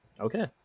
Okay